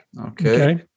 Okay